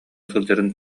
сылдьарын